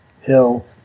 Hill